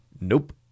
Nope